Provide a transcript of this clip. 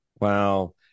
Wow